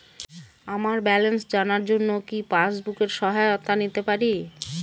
আমার ব্যালেন্স জানার জন্য কি পাসবুকের সহায়তা নিতে পারি?